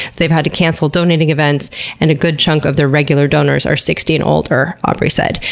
they've had to cancel donating events and a good chunk of their regular donors are sixty and older, aubrey said.